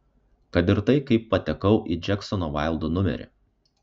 kad ir tai kaip patekau į džeksono vaildo numerį